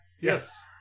Yes